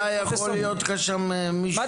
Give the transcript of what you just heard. הנהלה יכול להיות לך מישהו שהוא --- מה